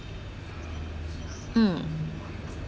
mm